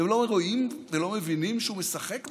אתם לא רואים ולא מבינים שהוא משחק בכם?